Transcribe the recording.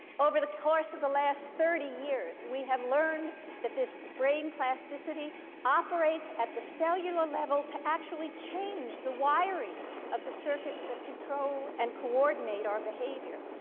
over the course of the last thirty years, we have learned that this brain plasticity operates at the cellular level to actually change the wiring of the circuits that control and coordinate our behavior.